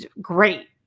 great